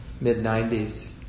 mid-90s